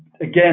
Again